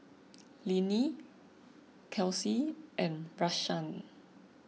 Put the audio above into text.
Linnie Kelsea and Rashaan